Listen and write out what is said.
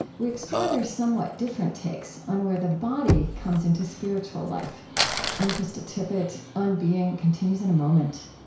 we explore their somewhat different takes on where the body comes into spiritual life i'm krista tippett. on being continues in a moment